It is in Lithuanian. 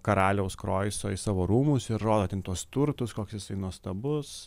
karaliaus kroiso į savo rūmus ir rodo ten tuos turtus koks jisai nuostabus